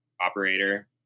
operator